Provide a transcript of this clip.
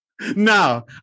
No